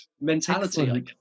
mentality